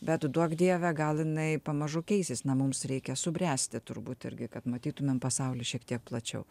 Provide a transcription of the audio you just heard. bet duok dieve gal jinai pamažu keisis na mums reikia subręsti turbūt irgi kad matytumėm pasaulį šiek tiek plačiau